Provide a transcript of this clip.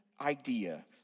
idea